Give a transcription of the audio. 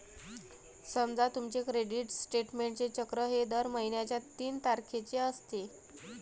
समजा तुमचे क्रेडिट स्टेटमेंटचे चक्र हे दर महिन्याच्या तीन तारखेचे असते